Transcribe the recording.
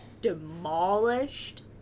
Demolished